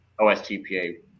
OSTPA